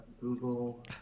Google